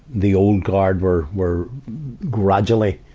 the old guard were, were gradually,